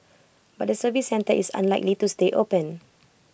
but the service centre is unlikely to stay open